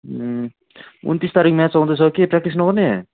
ए उनन्तिस तारिक म्याच आउँदैछ के प्र्याक्टिस नगर्ने